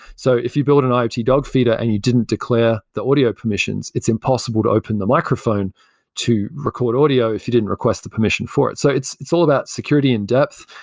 so if you build an iot dog feeder and you didn't declare the audio permissions, it's impossible to open the microphone to record audio, if you didn't request the permission for it. so it's it's all about security in depth,